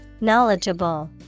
Knowledgeable